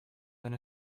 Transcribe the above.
then